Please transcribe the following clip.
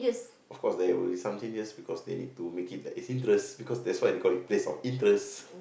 of course there will something just because they need to make it the interest because that's why they call it place of interest